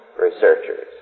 researchers